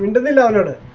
and male ana